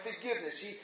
forgiveness